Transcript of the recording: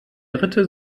dritte